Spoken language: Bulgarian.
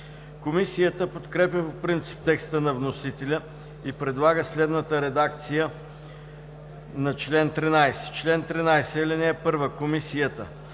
Комисията подкрепя по принцип текста на вносителя и предлага следната редакция на чл. 13: „Чл. 13. (1) Комисията: